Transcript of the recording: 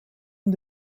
und